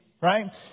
right